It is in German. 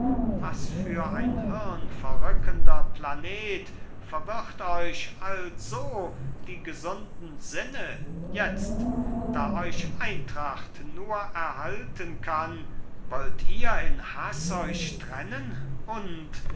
was für ein hirnverrückender planet verwirrt euch also die gesunden sinne jetzt da euch eintracht nur erhalten kann wollt ihr in haß euch trennen und